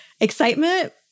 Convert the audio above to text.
excitement